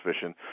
fishing